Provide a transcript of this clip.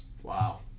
Wow